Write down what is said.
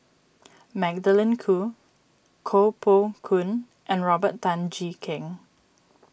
Magdalene Khoo Koh Poh Koon and Robert Tan Jee Keng